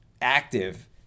active